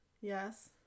Yes